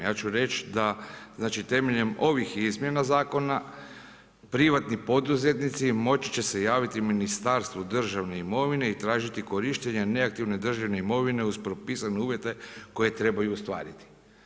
Ja ću reći da, znači temeljem ovih izmjena zakona privatni poduzetnici moći će se javiti Ministarstvu državne imovine i tražiti korištenje neaktivne državne imovine uz propisane uvjete koje trebaju ostvariti.